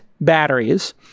batteries